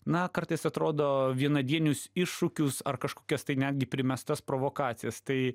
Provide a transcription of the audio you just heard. na kartais atrodo vienadienius iššūkius ar kažkokias tai netgi primestas provokacijas tai